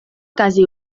quasi